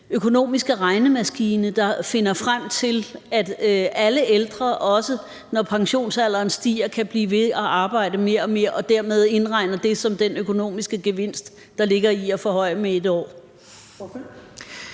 økonomiske regnemaskine, der finder frem til, at alle ældre, også når pensionsalderen stiger, kan blive ved at arbejde mere og mere, og dermed indregner det som den økonomiske gevinst, der ligger i at forhøje med 1 år?